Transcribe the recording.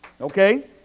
Okay